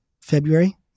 February